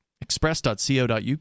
express.co.uk